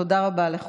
תודה רבה